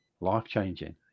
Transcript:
life-changing